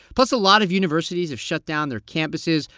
plus a lot of universities have shut down their campuses.